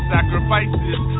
Sacrifices